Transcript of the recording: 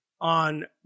on